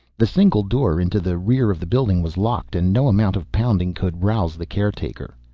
the single door into the rear of the building was locked, and no amount of pounding could rouse the caretaker.